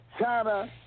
China